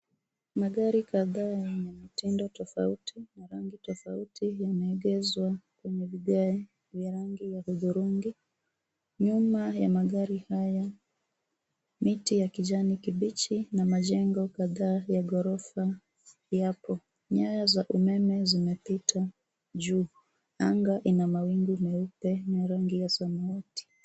Magari kadhaa yenye mitindo tofauti na rangi tofauti yameegezwa kwenye vigae vya rangi ya hudhurungi. Nyuma ya magari haya, miti ya kijani kibichi na majengo kadhaa ya ghorofa yapo. Nyaya za umeme zimepita juu. Anga ina mawingu meupe na rangi ya samawati.